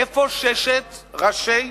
איפה ששת ראשי,